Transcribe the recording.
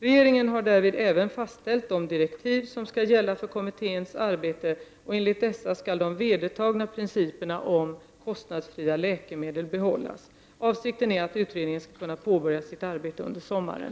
Regeringen har därvid även fastställt de direktiv som skall gälla för kommitténs arbete. Enligt dessa skall de vedertagna principerna om kostnadsfria läkemedel behållas. Avsikten är att utredningen skall kunna påbörja sitt arbete under sommaren.